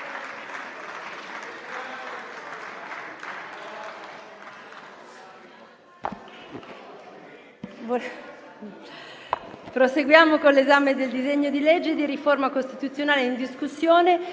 Riprendiamo l'esame del disegno di legge di riforma costituzionale in discussione.